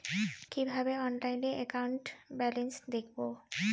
কিভাবে অনলাইনে account balance দেখবো?